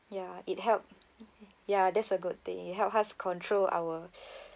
ya it help ya that's a good thing it help us control our